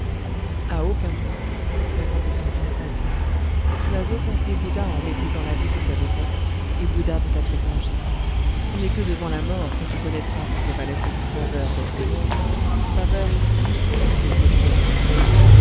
a aucun prix répondit enfin le taï ping tu as offensé bouddha en méprisant la vie qu'il t'avait faite et bouddha veut être vengé ce n'est que devant la mort que tu connaîtras ce que valait cette faveur d'être au monde faveur si longtemps méconnue de toi